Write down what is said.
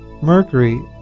Mercury